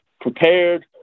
prepared